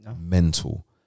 Mental